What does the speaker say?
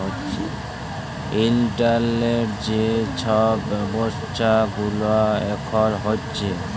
ইলটারলেটে যে ছব ব্যাব্ছা গুলা এখল হ্যছে